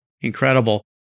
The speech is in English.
incredible